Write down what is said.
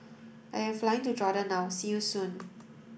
I am flying to Jordan now see you soon